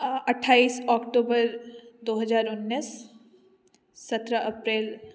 अऽ अट्ठाइस अक्टूबर दो हजार उन्नीस सत्रह अप्रेल